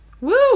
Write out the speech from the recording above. Woo